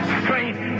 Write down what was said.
strength